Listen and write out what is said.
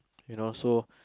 and also